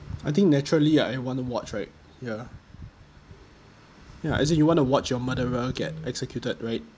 I think naturally I wanna watch right ya ya as in you want to watch your murderer get executed right